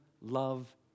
love